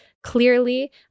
Clearly